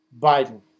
Biden